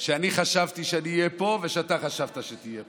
שאני חשבתי שאני אהיה פה ושאתה חשבת שתהיה פה,